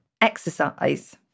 exercise